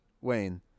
Wayne